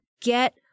get